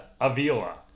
Avila